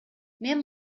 мен